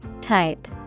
Type